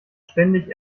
ständig